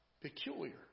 Peculiar